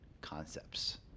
concepts